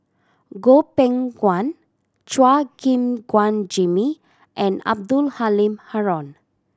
Goh Beng Kwan Chua Gim Guan Jimmy and Abdul Halim Haron